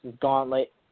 gauntlet